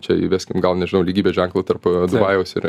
čia įveskim gal nežinau lygybės ženklą tarp dubajaus ir